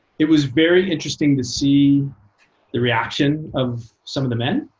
it was very interesting to see the reaction of some of the men,